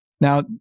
Now